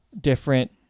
different